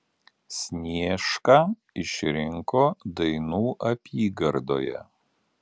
sniešką išrinko dainų apygardoje